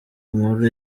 inkuru